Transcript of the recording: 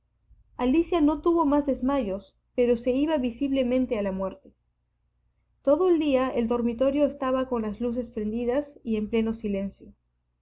alicia no tuvo más desmayos pero se iba visiblemente a la muerte todo el día el dormitorio estaba con las luces prendidas y en pleno silencio